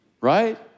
right